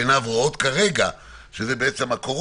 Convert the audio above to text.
עיניו רואות כרגע, שזה הקורונה,